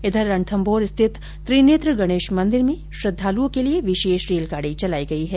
इधर रणथम्मौर स्थित त्रिनेत्र गणेश मंदिर में श्रद्दालुओं के लिये विशेष रेलगाडी भी चलाई गई है